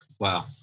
Wow